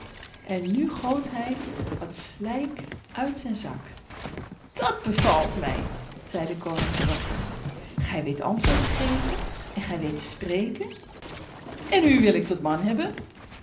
en nu goot hij wat slijk uit zijn zak dat bevalt mij zei de koningsdochter gij weet antwoord te geven en gij weet te spreken en u wil ik tot man hebben